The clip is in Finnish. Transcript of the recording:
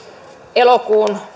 elokuun